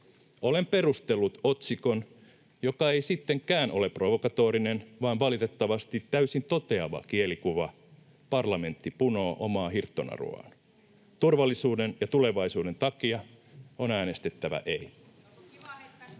olen perustellut otsikon, joka ei sittenkään ole provokatorinen vaan valitettavasti täysin toteava kielikuva: parlamentti punoo omaa hirttonaruaan. Turvallisuuden ja tulevaisuuden takia on äänestettävä ”ei”.